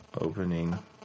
opening